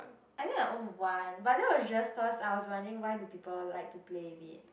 I think I own one but that was just cause I was wondering why do people like to play with it